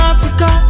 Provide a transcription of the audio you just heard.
Africa